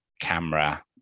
camera